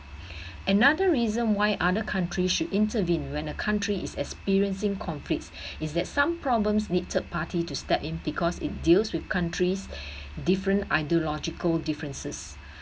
another reason why other countries should intervene when the country is experiencing conflicts is that some problems need third party to step in because it deals with countries different ideological differences